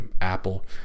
Apple